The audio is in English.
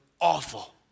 awful